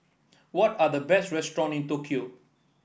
what are the best restaurants in Tokyo